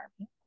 Army